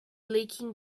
leaking